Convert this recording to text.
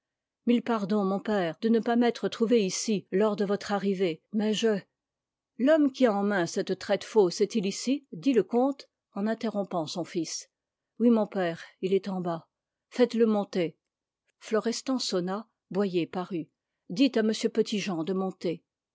mille pardons mon père de ne pas m'être trouvé ici lors de votre arrivée mais je l'homme qui a en main cette traite fausse est-il ici dit le comte en interrompant son fils oui mon père il est en bas faites-le monter florestan sonna boyer parut dites à m petit-jean de monter